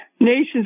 Nations